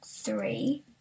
Three